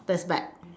that's like